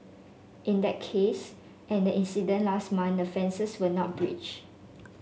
in that case and the incident last month the fences were not breach